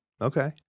okay